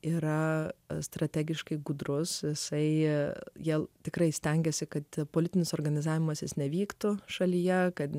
yra strategiškai gudrus jisai jie jau tikrai stengiasi kad politinis organizavimasis nevyktų šalyje kad